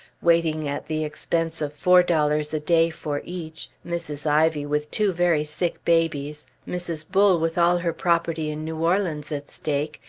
waiting at the expense of four dollars a day for each mrs. ivy with two very sick babies, mrs. bull with all her property in new orleans at stake,